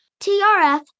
trf